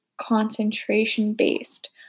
concentration-based